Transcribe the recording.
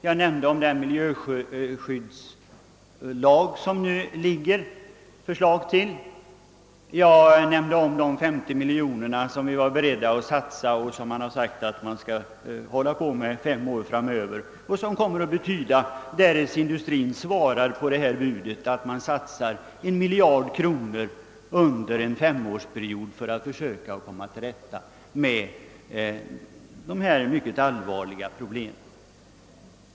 Jag nämnde dessutom det förslag till miljöskyddslag som nu föreligger. Jag hänvisade också till de 50 miljoner kronor, som vi är beredda att årligen anslå under en femårsperiod. Därest industrin svarar på detta bud innebär det att man satsar en miljard kronor: under en femårsperiod för att försöka komma till rätta med dessa mycket allvarliga problem.